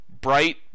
bright